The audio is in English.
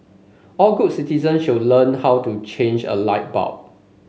all good citizens should learn how to change a light bulb